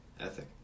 ethic